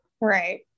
Right